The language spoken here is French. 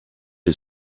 est